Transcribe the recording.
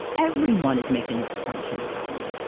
everyone is making this assumption about me.